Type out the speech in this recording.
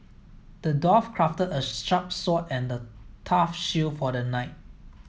the dwarf crafted a sharp sword and a tough shield for the knight